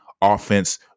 offense